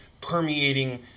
permeating